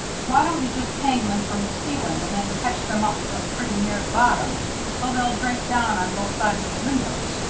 why don't you just hang them from the ceiling and then catch them up from pretty near the bottom so they'll drape down on both sides of the windows?